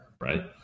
right